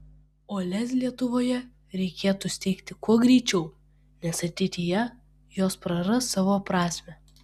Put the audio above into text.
o lez lietuvoje reikėtų steigti kuo greičiau nes ateityje jos praras savo prasmę